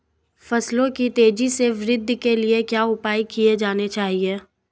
फसलों की तेज़ी से वृद्धि के लिए क्या उपाय किए जाने चाहिए?